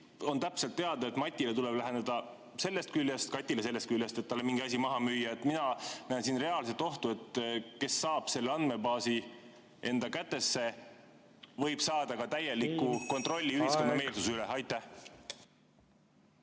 On täpselt teada, et Matile tuleb läheneda sellest küljest ja Katile sellest küljest, et talle mingi asi maha müüa. Mina näen siin reaalset ohtu, et kes saab selle andmebaasi enda kätesse, võib saada täieliku kontrolli meelsuse üle. Pikk